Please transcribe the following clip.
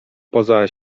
poza